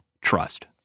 trust